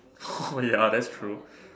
ya that's true